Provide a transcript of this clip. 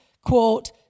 quote